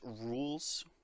rules